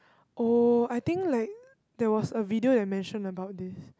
oh I think like there was a video that mention about this